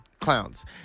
Clowns